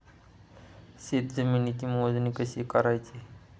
शेत जमिनीची मोजणी कशी करायची?